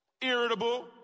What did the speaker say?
irritable